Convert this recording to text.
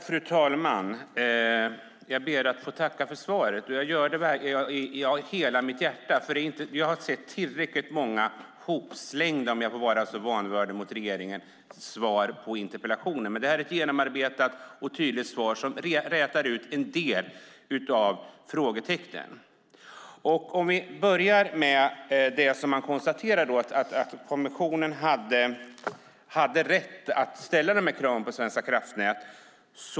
Fru talman! Jag ber att få tacka statsrådet för svaret, och jag gör det av hela mitt hjärta. Vi har sett många ihopslängda svar på interpellationer, om jag får vara så vanvördig mot regeringen, men detta är ett genomarbetat och tydligt svar som rätar ut en del av frågetecknen. Det konstateras att kommissionen hade rätt att ställa krav på Svenska kraftnät.